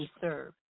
serve